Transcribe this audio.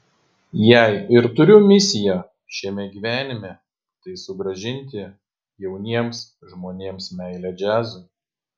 jei ir turiu misiją šiame gyvenime tai sugrąžinti jauniems žmonėms meilę džiazui